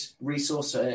resource